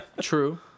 True